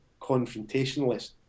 confrontationalist